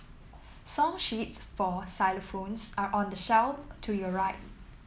song sheets for xylophones are on the shelf to your right